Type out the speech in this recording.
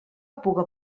puga